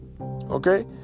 okay